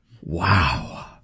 Wow